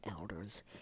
Elders